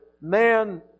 man